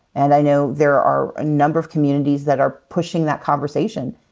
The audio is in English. and i know there are a number of communities that are pushing that conversation,